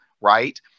right